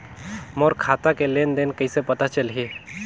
मोर खाता के लेन देन कइसे पता चलही?